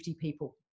people